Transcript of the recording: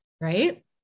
Right